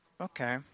Okay